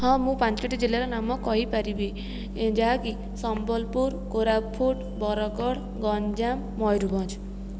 ହଁ ମୁଁ ପାଞ୍ଚୋଟି ଜିଲ୍ଲାର ନାମ କହିପାରିବି ଯାହାକି ସମ୍ୱଲପୁର କୋରାପୁଟ ବରଗଡ଼ ଗଞ୍ଜାମ ମୟୂରଭଞ୍ଜ